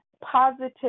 positive